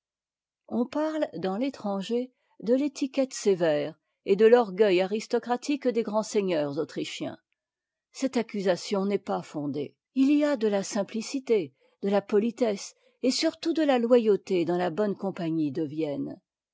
on parle dans l'étranger de l'étiquette sévère et de l'orgueil de la société aristocratique des grands seigneurs autrichiens cette accusation n'est pas fondée il y a de la simpliéité de la politesse et surtout de la loyauté dans la bonne compagnie de vienne